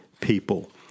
people